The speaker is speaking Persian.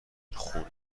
خون